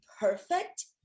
perfect